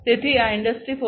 તેથી આ ઇન્ડસ્ટ્રી 4